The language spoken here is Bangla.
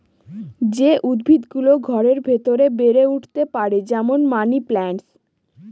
যে উদ্ভিদ গুলো ঘরের ভেতরে বেড়ে উঠতে পারে, যেমন মানি প্লান্ট